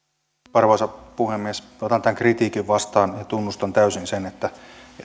arvoisa puhemies otan tämän kritiikin vastaan ja tunnustan täysin sen että